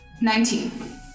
Nineteen